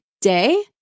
day